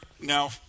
now